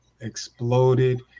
exploded